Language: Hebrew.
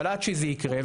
אבל עד שזה יקרה,